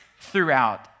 throughout